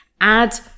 add